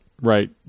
right